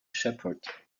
shepherd